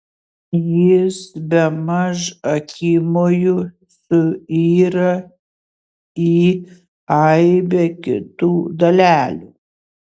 jis bemaž akimoju suyra į aibę kitų dalelių